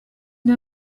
ine